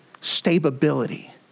stability